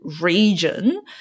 region